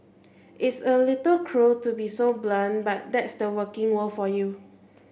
it's a little cruel to be so blunt but that's the working world for you